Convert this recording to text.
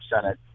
Senate